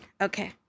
Okay